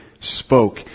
spoke